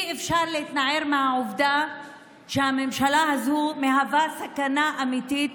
אי-אפשר להתנער מהעובדה שהממשלה הזאת מהווה סכנה אמיתית